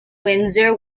windsor